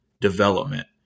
development